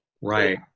Right